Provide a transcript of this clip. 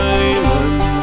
island